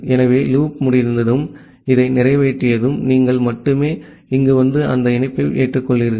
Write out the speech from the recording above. ஆகவே லூப் முடிந்ததும் இதை நிறைவேற்றியதும் நீங்கள் மட்டுமே இங்கு வந்து அடுத்த இணைப்பை ஏற்றுக்கொள்கிறீர்கள்